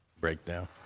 Breakdown